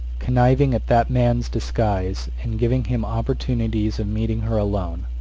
conniving at that man's disguise, and giving him opportunities of meeting her alone.